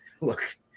Look